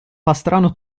pastrano